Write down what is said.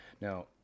Now